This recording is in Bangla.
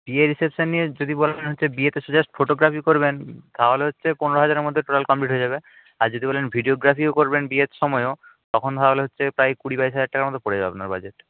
বিয়ে রিসেপশান নিয়ে যদি বলেন হচ্ছে বিয়েতে জাস্ট ফটোগ্রাফি করবেন তাহলে হচ্ছে পনেরো হাজারের মধ্যে টোটাল কমপ্লিট হয়ে যাবে আর যদি বলেন ভিডিওগ্রাফিও করবেন বিয়ের সময়ও তখন তাহলে হচ্ছে প্রায় কুড়ি বাইশ হাজার টাকার মতো পড়ে যাবে আপনার বাজেট